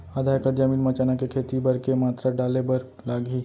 आधा एकड़ जमीन मा चना के खेती बर के कतका मात्रा डाले बर लागही?